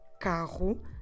carro